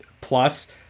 plus